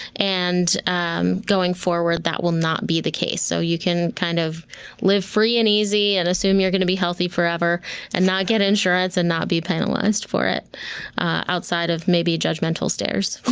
and um going forward that will not be the case. so you can kind of live free and easy and assume you're going to be healthy forever and not get insurance and not be penalized for it outside of maybe judgmental stares.